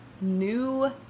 New